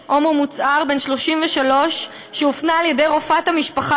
הומו מוצהר בן 33 שהופנה על-ידי רופאת המשפחה